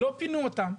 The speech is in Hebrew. לא פינו אותם.